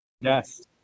Yes